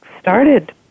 started